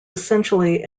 essentially